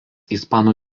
ispanų